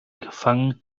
gefangen